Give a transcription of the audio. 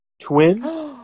Twins